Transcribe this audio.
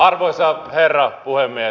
arvoisa herra puhemies